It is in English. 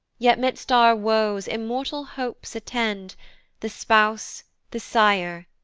yet midst our woes immortal hopes attend the spouse, the sire,